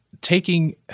taking